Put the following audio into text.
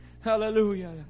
hallelujah